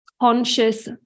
conscious